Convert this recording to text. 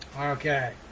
Okay